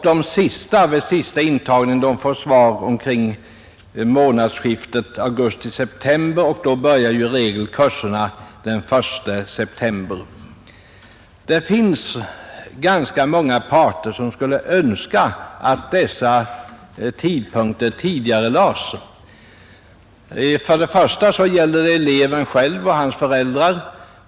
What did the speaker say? Den siste i den sista intagningen får svar omkring månadsskiftet augusti-september, och kurserna börjar i regel den 1 september. Det är ganska många parter som önskar att dessa data tidigarelägges. Först och främst gäller detta för eleven själv och hans föräldrar.